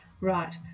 right